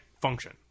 function